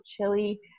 chili